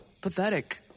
Pathetic